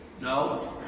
No